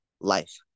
life